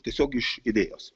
tiesiog iš idėjos